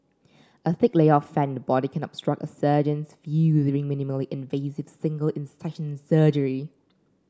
a thick layer of fat in the body can obstruct a surgeon's view during minimally invasive single incision surgery